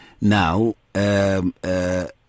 now